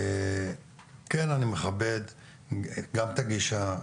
כן אני מכבד גם את הגישה,